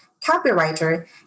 copywriter